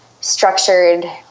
structured